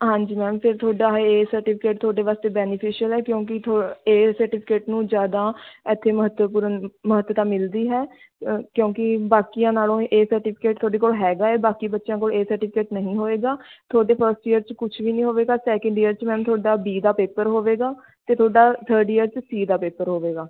ਹਾਂਜੀ ਮੈਮ ਫਿਰ ਤੁਹਾਡਾ ਏ ਸਰਟੀਫਿਕੇਟ ਤੁਹਾਡੇ ਵਾਸਤੇ ਬੈਨੀਫਿਸ਼ਅਲ ਹੈ ਕਿਉਂਕਿ ਥ ਏ ਸਰਟੀਫਿਕੇਟ ਨੂੰ ਜ਼ਿਆਦਾ ਇੱਥੇ ਮਹੱਤਵਪੂਰਨ ਮਹੱਤਤਾ ਮਿਲਦੀ ਹੈ ਕਿਉਂਕਿ ਬਾਕੀਆਂ ਨਾਲੋਂ ਏ ਸਰਟੀਫਿਕੇਟ ਤੁਹਾਡੇ ਕੋਲ ਹੈਗਾ ਹੈ ਬਾਕੀ ਬੱਚਿਆਂ ਕੋਲ ਏ ਸਰਟੀਫਿਕੇਟ ਨਹੀਂ ਹੋਏਗਾ ਤੁਹਾਡੇ ਫਸਟ ਈਅਰ 'ਚ ਕੁਛ ਵੀ ਨਹੀਂ ਹੋਵੇਗਾ ਸੈਕਿੰਡ ਈਅਰ 'ਚ ਮੈਮ ਤੁਹਾਡਾ ਬੀ ਦਾ ਪੇਪਰ ਹੋਵੇਗਾ ਅਤੇ ਤੁਹਾਡਾ ਥਰਡ ਈਅਰ 'ਚ ਸੀ ਦਾ ਪੇਪਰ ਹੋਵੇਗਾ